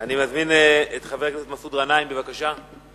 אני מזמין את חבר הכנסת מסעוד גנאים, בבקשה.